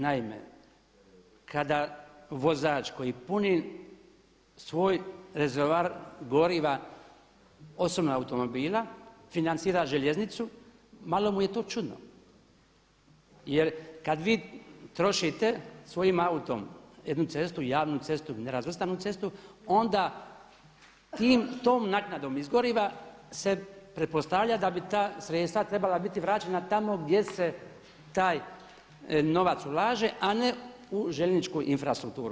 Naime, kada vozač koji puni svoj rezervoar goriva osobnog automobila financira željeznicu malo mu je tu čudno, jer kad vi trošite svojim autom jednu cestu, javnu cestu, nerazvrstanu cestu onda tom naknadom iz goriva se pretpostavlja da bi ta sredstva trebala biti vraćena tamo gdje se taj novac ulaže a ne u željezničku infrastrukturu.